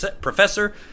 professor